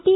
T